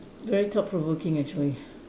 very thought provoking actually